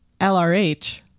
LRH